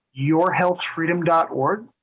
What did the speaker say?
yourhealthfreedom.org